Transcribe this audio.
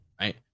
right